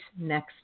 next